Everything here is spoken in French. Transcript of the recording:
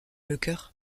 lecœur